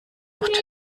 oft